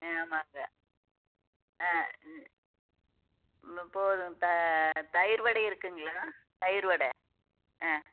ஆ ஆமாங்க ஆ ம் ம போதும் த தயிர் வடை இருக்குதுங்களா தயிர் வடை ஆ